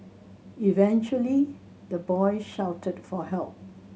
eventually the boy shouted for help